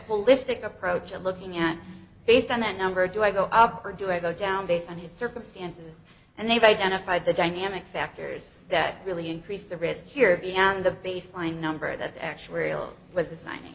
holistic approach at looking at based on that number do i go up or do i go down based on the circumstances and they've identified the dynamic factors that really increase the risk here beyond the baseline number that actuarial was assign